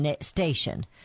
Station